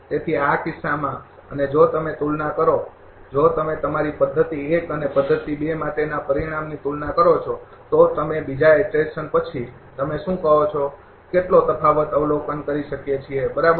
તેથી આ કિસ્સામાં અને જો તમે તુલના કરો જો તમે તમારી પદ્ધતિ ૧ અને પદ્ધતિ ૨ માટેનાં પરિણામની તુલના કરો છો તો તમે બીજા ઈટરેશન પછી તમે શું કહો છો કેટલો તફાવત અવલોકન કરી શકીએ છીએ બરાબર